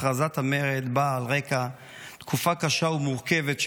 הכרזת המרד באה על רקע תקופה קשה ומורכבת,